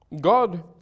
God